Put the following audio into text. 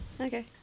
Okay